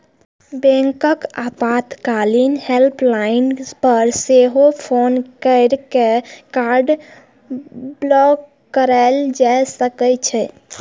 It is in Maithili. बैंकक आपातकालीन हेल्पलाइन पर सेहो फोन कैर के कार्ड ब्लॉक कराएल जा सकै छै